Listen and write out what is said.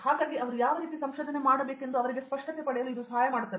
ಹಾಗಾಗಿ ಅವರು ಯಾವ ರೀತಿ ಸಂಶೋಧನೆ ಮಾಡಬೇಕೆಂಬುದು ಅವರಿಗೆ ಸ್ಪಷ್ಟತೆ ಪಡೆಯಲು ಇದು ಸಹಾಯ ಮಾಡುತ್ತದೆ